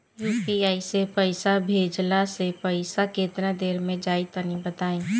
UPI से पईसा भेजलाऽ से पईसा केतना देर मे जाई तनि बताई?